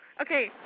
Okay